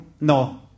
no